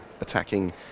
attacking